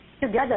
together